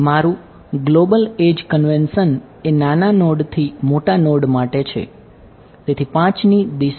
મારું ગ્લોબલ 2 થી 4 છે